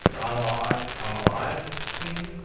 i'm alive, i'm alive thing.